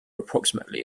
approximately